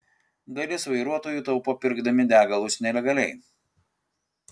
dalis vairuotojų taupo pirkdami degalus nelegaliai